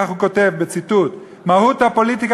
כך הוא כותב בציטוט: "מהות הפוליטיקה